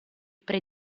pre